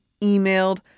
emailed